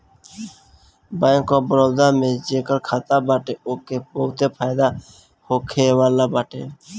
bank of Baroda में जेकर खाता बाटे ओके बहुते फायदा होखेवाला बाटे